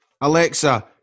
Alexa